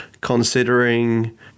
considering